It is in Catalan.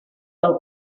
del